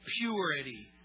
Purity